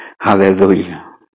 Hallelujah